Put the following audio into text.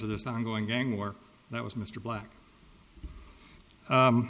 of this ongoing gang war that was mr black